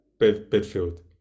Bedfield